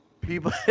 People